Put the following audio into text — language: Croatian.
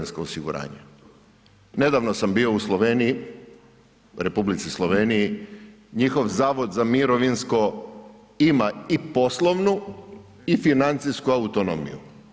Nedavno sam bio u Sloveniji, Republici Sloveniji, njihov zavod za mirovinsko ima i poslovnu i financijsku autonomiju.